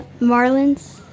Marlins